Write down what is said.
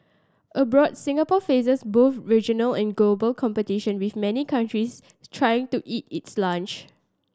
abroad Singapore faces both regional and global competition with many countries trying to eat its lunch